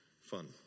fun